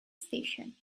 station